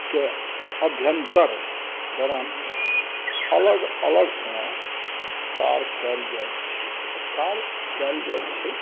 के अभ्यन्तर दौरान अलग अलगसँ स्कार कयल जायत छै स्कार कयल जाइत छैक